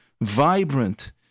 vibrant